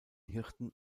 hirten